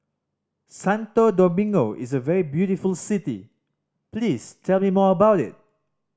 Santo Domingo is a very beautiful city please tell me more about it